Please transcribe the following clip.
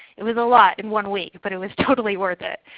it was a lot in one week, but it was totally worth it.